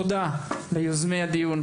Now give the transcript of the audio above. תודה ליוזמי הדיון,